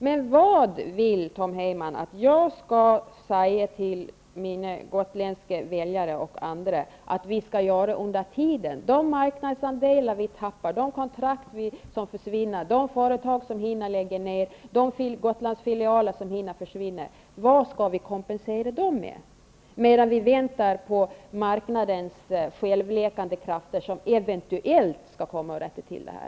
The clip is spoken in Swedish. Men vad vill Tom Heyman att jag skall säga till mina gotländska väljare och andra att vi skall göra under tiden? De marknadsandelar vi tappar, de kontrakt som försvinner, de företag som hinner läggas ned, de Gotlandsfilialer som hinner försvinna -- vad skall vi kompensera dem med medan vi väntar på marknadens självläkande krafter, som eventuellt kommer att rätta till det här?